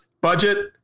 budget